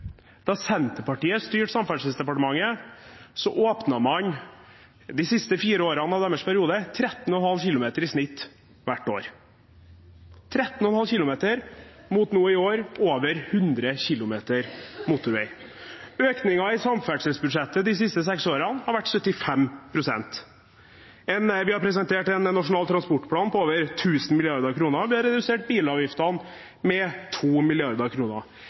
da Senterpartiet styrte Samferdselsdepartementet, åpnet man de siste fire årene av deres periode 13,5 km i snitt hvert år – 13,5 km mot nå i år over 100 km motorvei. Økningen i samferdselsbudsjettet de siste seks årene har vært 75 pst. Vi har presentert en nasjonal transportplan på over 1 000 mrd. kr, og vi har redusert bilavgiftene med